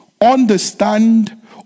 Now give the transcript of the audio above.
understand